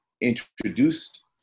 introduced